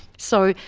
so,